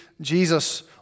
Jesus